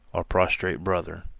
our prostrate brother,